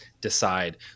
decide